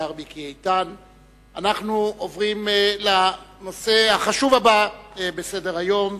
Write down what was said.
אנחנו עוברים לנושא החשוב הבא בסדר-היום.